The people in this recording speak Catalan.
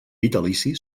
vitalici